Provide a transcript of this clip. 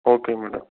okay madam